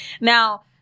Now